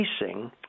facing